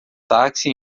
táxi